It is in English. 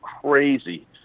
crazy